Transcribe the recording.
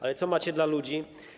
A co macie dla ludzi?